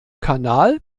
kanal